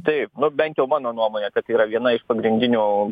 taip nu bent jau mano nuomone kad yra viena pagrindinių